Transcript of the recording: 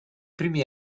primi